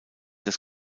das